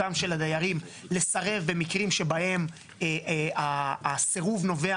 של הדיירים לסרב במקרים שבהם הסירוב נובע